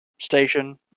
station